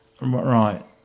right